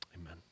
amen